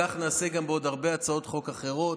כך נעשה גם בעוד הרבה הצעות חוק אחרות,